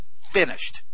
finished